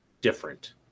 different